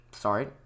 Sorry